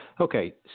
Okay